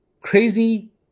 crazy